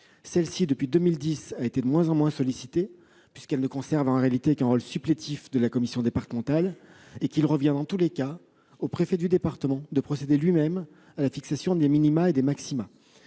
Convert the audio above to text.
celle-ci a été de moins en moins sollicitée, puisqu'elle ne conserve, en réalité, qu'un rôle supplétif de celui des commissions départementales et qu'il revient, dans tous les cas, au préfet du département de procéder lui-même à la fixation des minima et des maxima.